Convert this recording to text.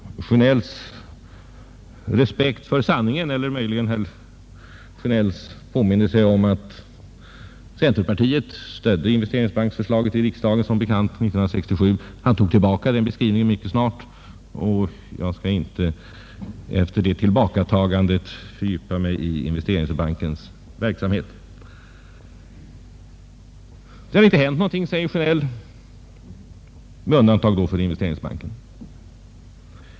Men herr Sjönells respekt för sanningen vaknade snabbt, kanske därför att han påminde sig att centerpartiet som bekant stödde förslaget om en investeringsbank i riksdagen år 1967. Efter denna reträtt skall jag inte i kväll ta upp tiden med att diskutera bankens verksamhet. Det har inte hänt någonting, säger herr Sjönell, med undantag alltså för Investeringsbanken.